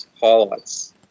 Highlights